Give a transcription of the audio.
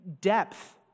depth